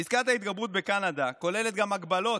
פסקת ההתגברות בקנדה כוללת גם הגבלות.